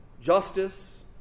justice